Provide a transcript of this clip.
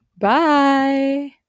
Bye